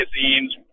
magazines